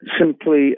simply